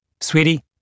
Sweetie